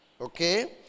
Okay